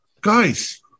Guys